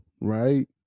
right